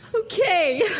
Okay